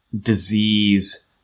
disease